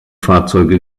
fahrzeuge